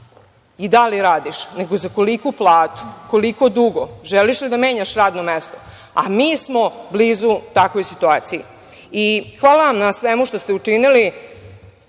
i da li radiš, nego - za koliku platu, koliko dugo, želiš li da menjaš radno mesto? A mi smo blizu takvoj situaciji. Hvala vam na svemu što ste učinili